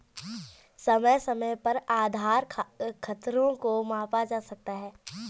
समय समय पर आधार खतरों को मापा जा सकता है